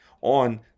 on